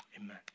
amen